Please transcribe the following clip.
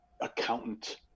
accountant